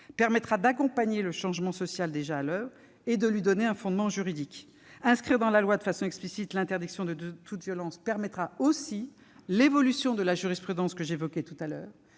permettra d'accompagner le changement social déjà à l'oeuvre et de lui donner un fondement juridique. Inscrire dans la loi de façon explicite l'interdiction de toute violence permettra aussi une évolution de la jurisprudence que j'évoquais, qui ne pourra